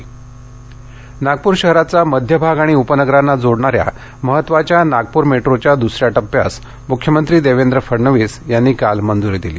Nagpur metro Nagpur शहराचा मध्य भाग आणि उपनगरांना जोडणाऱ्या महत्त्वाच्या नागपूर मेट्रोच्या दुसऱ्या टप्प्यास मुख्यमंत्री देवेंद्र फडणवीस यांनी काल मंजुरी दिली